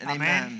amen